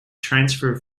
transfer